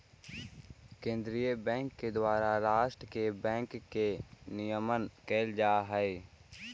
केंद्रीय बैंक के द्वारा राष्ट्र के बैंक के नियमन कैल जा हइ